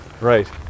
Right